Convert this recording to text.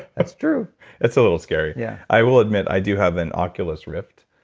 that's true that's a little scary yeah i will admit, i do have an oculus rift